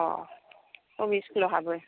अ बबे स्कुल आव हाबो